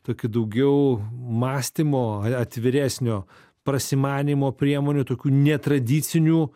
tokį daugiau mąstymo atviresnio prasimanymo priemonių tokių netradicinių